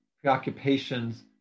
preoccupations